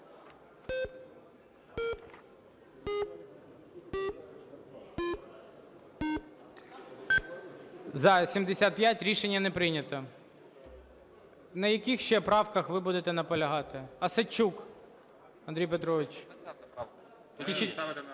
За-75 Рішення не прийнято. На яких ще правка ви будете наполягати? Осадчук Андрій Петрович.